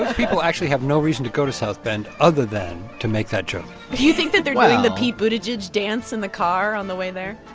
ah people actually have no reason to go to south bend other than to make that joke do you think that they're doing the pete buttigieg dance in the car on the way there?